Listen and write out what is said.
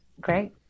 great